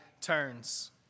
turns